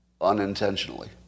unintentionally